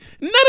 None